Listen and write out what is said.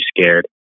scared